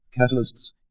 catalysts